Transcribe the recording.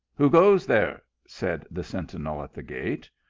who goes there? said the sentinel at the gate.